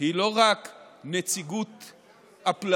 היא לא רק נציגות אפלטונית,